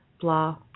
blah